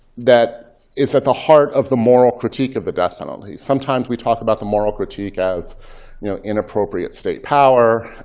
is at the heart of the moral critique of the death penalty. sometimes, we talk about the moral critique as you know inappropriate state power,